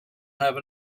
have